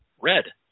red